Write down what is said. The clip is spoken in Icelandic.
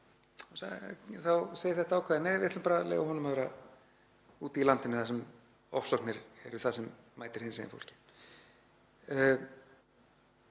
segir þetta ákvæði: Nei, við ætlum bara að leyfa honum að vera úti í landinu þar sem ofsóknir eru það sem mætir hinsegin fólki.